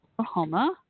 Oklahoma